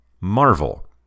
Marvel